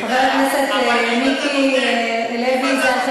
אבל אם אתה נותן,